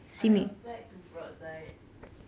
I applied to Brotzeit